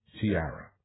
Tiara